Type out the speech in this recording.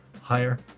higher